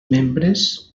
membres